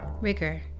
rigor